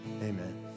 amen